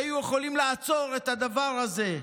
שהיו יכולים לעצור את הדבר הזה.